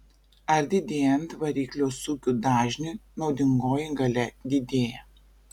ar didėjant variklio sūkių dažniui naudingoji galia didėja